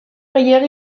gehiegi